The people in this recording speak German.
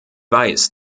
weiß